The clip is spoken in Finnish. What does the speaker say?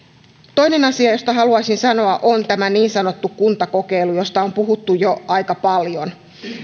toinen asia josta haluaisin sanoa on tämä niin sanottu kuntakokeilu josta on puhuttu jo aika paljon